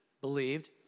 believed